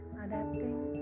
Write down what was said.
adapting